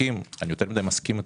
אני יותר מדי מסכים אתך,